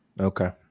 Okay